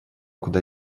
куда